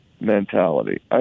mentality